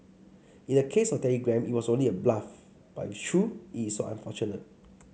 in the case of Telegram it was only a bluff but if true it is so unfortunate